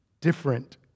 different